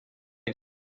situ